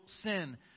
sin